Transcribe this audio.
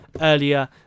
earlier